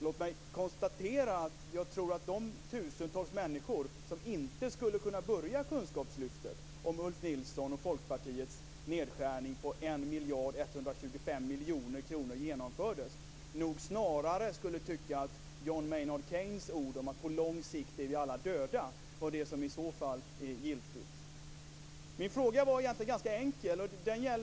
Låt mig konstatera att de tusentals människor som inte skulle kunna börja kunskapslyftet om Ulf Nilssons och Folkpartiets nedskärning på 1 125 000 000 kronor genomfördes nog snarare skulle tycka att John Maynard Keynes ord om att på lång sikt är vi alla döda var det som i så fall var giltigt. Min fråga är egentligen ganska enkel.